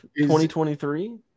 2023